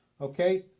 Okay